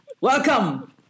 Welcome